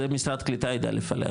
זה משרד הקליטה יידע לפלח,